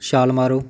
ਛਾਲ ਮਾਰੋ